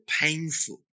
painful